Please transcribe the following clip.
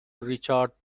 ریچارد